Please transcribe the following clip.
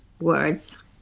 words